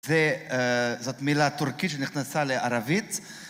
זה זאת מילה טורקית שנכנסה לערבית